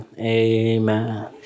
Amen